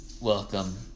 Welcome